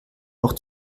auch